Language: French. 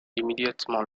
immédiatement